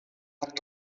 hat